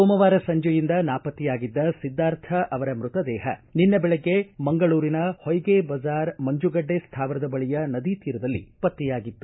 ಸೋಮವಾರ ಸಂಜೆಯಿಂದ ನಾಪತ್ತೆಯಾಗಿದ್ದ ಸಿದ್ದಾರ್ಥ್ ಅವರ ಮ್ಬತದೇಹ ನಿನ್ನೆ ಬೆಳಗ್ಗೆ ಮಂಗಳೂರಿನ ಹೊಯ್ಗೆ ಬಜಾರ್ ಮಂಜುಗಡ್ಡೆ ಸ್ಟಾವರದ ಬಳಿಯ ನದಿ ತೀರದಲ್ಲಿ ಪತ್ತೆಯಾಗಿತ್ತು